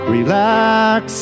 Relax